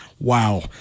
wow